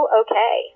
okay